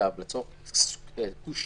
דובר על לצמצם את זה.